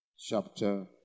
chapter